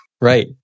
Right